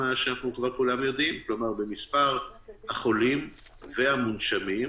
כלומר במספר החולים והמונשמים,